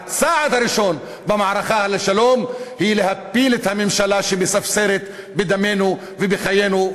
והצעד הראשון במערכה לשלום הוא להפיל את הממשלה שמספסרת בדמנו ובחיינו,